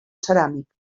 ceràmic